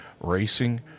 racing